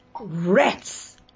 rats